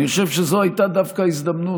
אני חושב שזו הייתה דווקא הזדמנות,